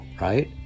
right